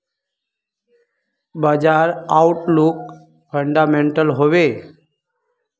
बाजार outlook fundamental हैवै?